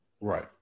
right